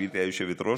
גברתי היושבת-ראש,